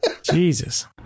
Jesus